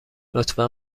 لطفا